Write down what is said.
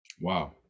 Wow